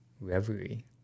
Reverie